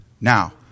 Now